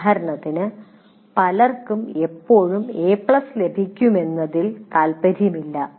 ഉദാഹരണത്തിന് പലർക്കും എപ്പോഴും എ പ്ലസ് ലഭിക്കുമെന്നതിൽ താൽപ്പര്യമില്ല